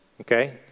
okay